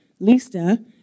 Lista